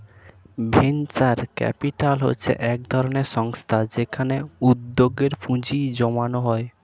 venture capital হচ্ছে একধরনের সংস্থা যেখানে উদ্যোগে পুঁজি জমানো হয়